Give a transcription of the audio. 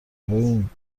ببین